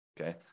Okay